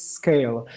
scale